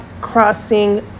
crossing